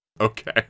Okay